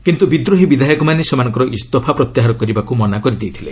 କିନ୍ତୁ ବିଦ୍ରୋହୀ ବିଧାୟକମାନେ ସେମାନଙ୍କ ଇସ୍ତଫା ପ୍ରତ୍ୟାହାର କରିବାକୁ ମନା କରିଦେଇଥିଲେ